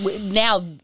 now